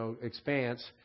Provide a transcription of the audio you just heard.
expanse